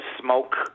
smoke